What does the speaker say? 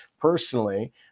personally